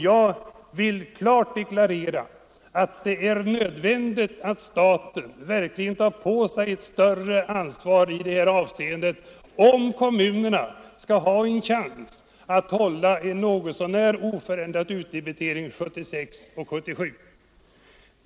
Jag vill klart deklarera att det är nödvändigt att staten verkligen tar på sig ett större ansvar i detta avseende, om kommunerna skall ha en chans att hålla en något så när oförändrad utdebitering åren 1976 och 1977.